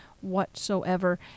whatsoever